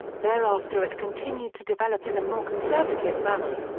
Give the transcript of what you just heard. thereafter it continued to develop in a more conservative manner.